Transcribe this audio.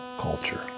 culture